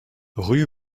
rue